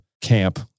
camp